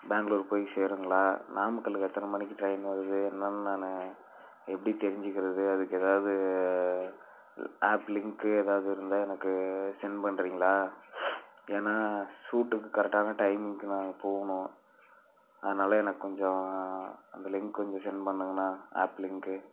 பேங்களூர் போய் சேருங்களா நாமக்கலுக்கு எத்தனை மணிக்கு ட்ரெயின் வருது என்னென்னு நான் எப்படி தெரிஞ்சுக்கிறது அதுக்கு ஏதாவது ஆப் லிங்க்கு ஏதாவது இருந்தால் எனக்கு சென்ட் பண்ணுறீங்களா ஏன்னால் சூட்டுக்கு கரெக்டான டைமிங்க்கு நான் போகணும் அதனால் எனக்கு கொஞ்சம் அந்த லிங்க் கொஞ்சம் சென்ட் பண்ணுங்கண்ணா ஆப் லிங்க்கு